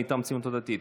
מטעם הציונות הדתית.